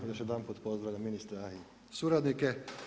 Još jedanput pozdravljam ministra i suradnike.